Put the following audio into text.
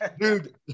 dude